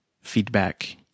feedback